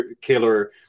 killer